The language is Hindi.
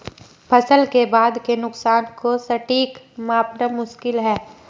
फसल के बाद के नुकसान को सटीक मापना मुश्किल है